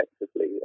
effectively